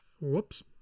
Whoops